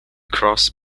cross